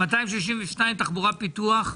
בינתיים 262, תחבורה, פיתוח.